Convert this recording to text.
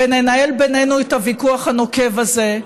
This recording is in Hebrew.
וננהל בינינו את הוויכוח הנוקב הזה,